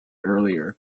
earlier